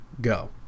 go